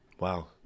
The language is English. Wow